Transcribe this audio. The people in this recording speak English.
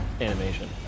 animation